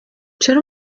چرا